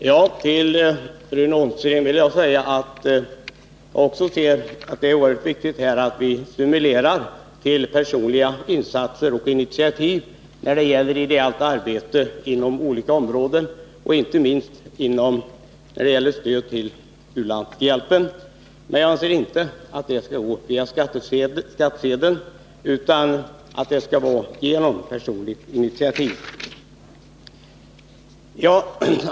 Herr talman! Jag instämmer i vad Rune Ångström sade om att det är oerhört viktigt att vi stimulerar till personliga insatser och initiativ i ideellt arbete inom olika områden, inte minst när det gäller att ge stöd till u-länderna. Men jag anser inte att det skall ske via avdrag på skattsedeln.